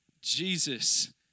Jesus